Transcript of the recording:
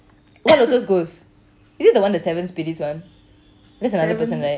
what lotus ghost is it the one the seven spirits [one] that's another person right